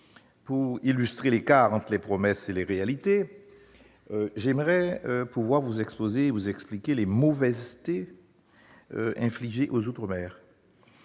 pour illustrer l'écart entre les promesses et les réalités, j'aimerais pouvoir vous exposer, vous expliquer les « mauvaisetés » infligées aux outre-mer.